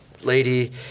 lady